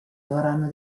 vorranno